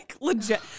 legit